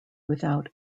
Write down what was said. without